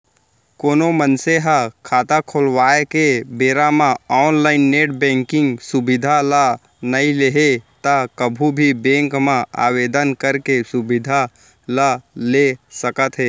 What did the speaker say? कोनो मनसे ह खाता खोलवाए के बेरा म ऑनलाइन नेट बेंकिंग सुबिधा ल नइ लेहे त कभू भी बेंक म आवेदन करके सुबिधा ल ल सकत हे